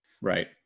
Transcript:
Right